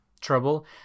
trouble